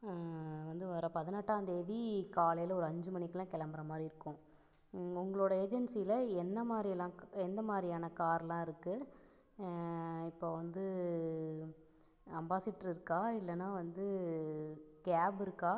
வந்து வரை பதினெட்டாம்தேதி காலையில் ஒரு அஞ்சு மணிக்கெலாம் கிளம்புற மாதிரி இருக்கும் உங் உங்களோடய ஏஜென்ஸியில் என்ன மாதிரிலாம் எந்த மாதிரியான கார்லாம் இருக்குது இப்போ வந்து அம்பாசிட்ரு இருக்கா இல்லைன்னா வந்து கேப் இருக்கா